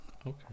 Okay